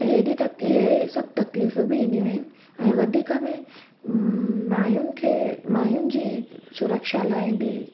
त एॾी हीअ हीअ सभु तकलीफ़ बि ईंदियूं आहिनि ऐं वधीक में मायूनि खे मायूनि जी सुरक्षा लाइ बि